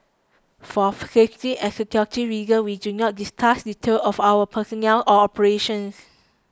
for safety and security reasons we do not discuss details of our personnel or operations